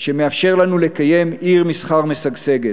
שמאפשר לנו לקיים עיר מסחר משגשגת,